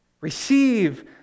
Receive